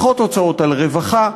פחות הוצאות על רווחה,